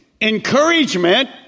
Encouragement